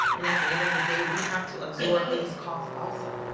and at the end of the day, we have to absorb these costs also.